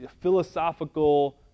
philosophical